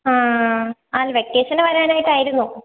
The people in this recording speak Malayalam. ആ അ വെക്കേഷന് വരാനായിട്ടായിരുന്നു